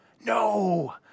No